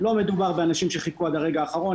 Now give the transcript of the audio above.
לא מדובר באנשים שחיכו עד הרגע האחרון.